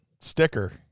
sticker